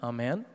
Amen